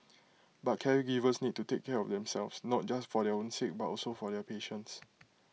but caregivers need to take care of themselves not just for their own sake but also for their patients